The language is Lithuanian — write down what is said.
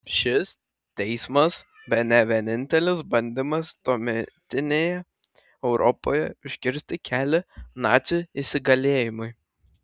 šis teismas bene vienintelis bandymas tuometinėje europoje užkirsti kelią nacių įsigalėjimui